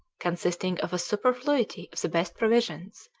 consisting of a superfluity of the best provisions,